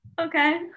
okay